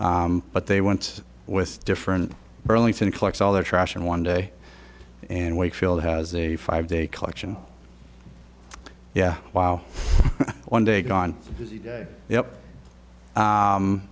but they went with different burlington collects all their trash in one day and wakefield has a five day collection yeah wow one day gone y